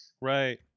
right